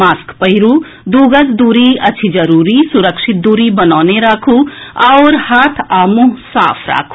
mask पहिरू दू गज दूरी अछि जरूरी सुरक्षित दूरी बनौने राखू आओर हाथ आ मुंह साफ राखू